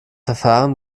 verfahren